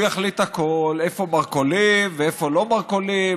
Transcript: יחליט הכול: איפה מרכולים ואיפה לא מרכולים,